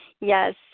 Yes